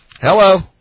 Hello